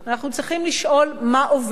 אנחנו צריכים לשאול מה עובד,